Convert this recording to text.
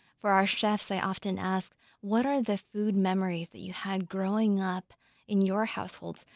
for our chefs, they often ask what are the food memories that you had growing up in your households?